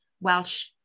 Welsh